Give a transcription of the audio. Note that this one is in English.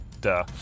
Duh